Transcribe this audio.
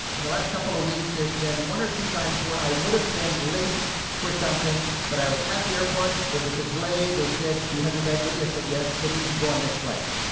in the last couple of weeks there's been one or two times where i would have been late for something, but i was at the airport, there was a delay they said, do you have your bag with you? i said yes, then you can go on this flight.